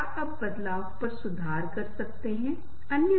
आप ऐसे लोगों की तलाश करते हैं जो आपके लिए कुछ कर सकें